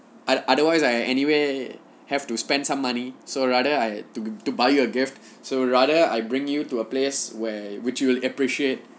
other otherwise I anyway have to spend some money so rather I to to buy you a gift so rather I bring you to a place where which you will appreciate